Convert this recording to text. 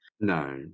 No